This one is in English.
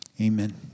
Amen